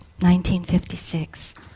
1956